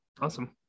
Awesome